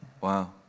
Wow